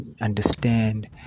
understand